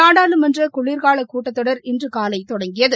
நாடாளுமன்ற குளிர்கால கூட்டத்தொடர் இன்று காலை தொடங்கியது